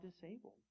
disabled